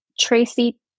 Tracy